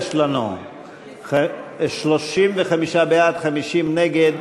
יש לנו 35 בעד, 50 נגד.